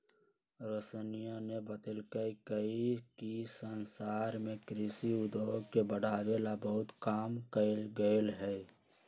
रोशनीया ने बतल कई कि संसार में कृषि उद्योग के बढ़ावे ला बहुत काम कइल गयले है